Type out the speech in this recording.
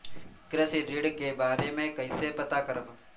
कृषि ऋण के बारे मे कइसे पता करब?